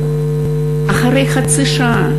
אחרי חצי שעה,